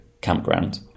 campground